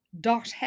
dot